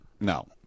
No